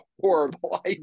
horrible